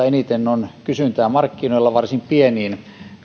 eniten on kysyntää markkinoilla varsin pieniin